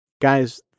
guys